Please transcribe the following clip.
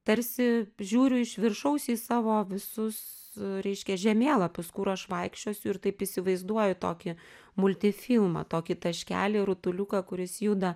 tarsi žiūriu iš viršaus į savo visus su reiškia žemėlapius kur aš vaikščiosiu ir taip įsivaizduoju tokį multifilmą tokį taškelį rutuliuką kuris juda